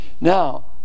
Now